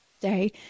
day